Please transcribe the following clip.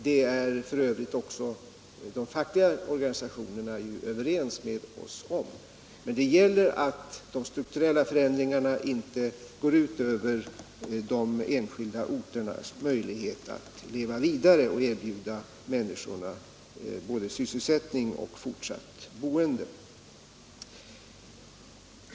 Det är f. ö. de fackliga organisationerna överens med oss om. De strukturella förändringarna får inte gå ut över de enskilda orternas möjlighet att leva vidare och erbjuda människorna både sysselsättning och fortsatt boende.